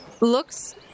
looks